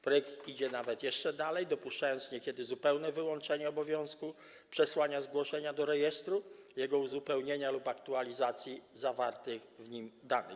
Projekt idzie nawet jeszcze dalej, dopuszczając niekiedy zupełne wyłączenie obowiązku przesłania zgłoszenia do rejestru, jego uzupełnienia lub aktualizacji zawartych w nim danych.